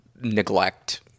neglect